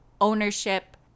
ownership